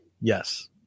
Yes